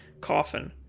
coffin